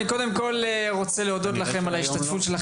אני קודם כל רוצה להודות לכם על ההשתתפות.